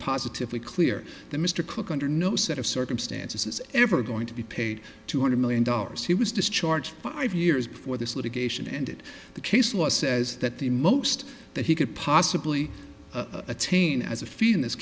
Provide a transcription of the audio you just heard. positively clear that mr cook under no set of circumstances is ever going to be paid two hundred million dollars he was discharged five years before this litigation ended the case law says that the most that he could possibly attain as a fee in this